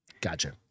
Gotcha